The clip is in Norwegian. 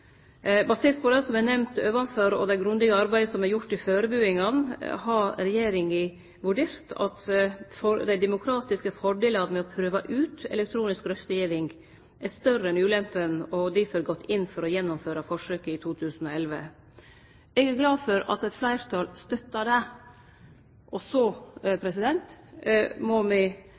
Basert på det som er nemnt ovanfor, og det grundige arbeidet som er gjort i førebuingane, har regjeringa vurdert det slik at dei demokratiske fordelane med å prøve ut elektronisk røystegiving er større enn ulempene, og har difor gått inn for å gjennomføre forsøket i 2011. Eg er glad for at eit fleirtal støttar det. Så må me